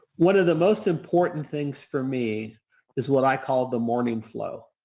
one of the most important things for me is what i call the morning flow,